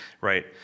right